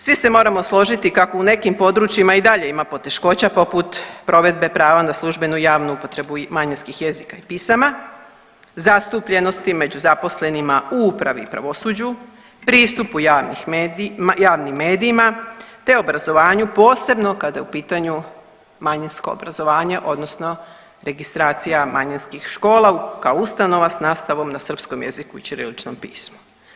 Svi se moramo složiti kako u nekim područjima i dalje ima poteškoća poput provedbe prava na službenu i javnu upotrebu manjinskih jezika i pisama, zastupljenosti među zaposlenima u upravi i pravosuđu, pristupu javnim medijima, te obrazovanju posebno kada je u pitanju manjinsko obrazovanje odnosno registracija manjinskih škola kao ustanova s nastavom na srpskom jeziku i ćiriličnom pismu.